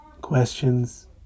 Questions